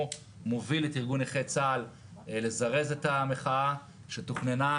מוביל את ארגון נכי צה"ל לזרז את המחאה שתוכננה,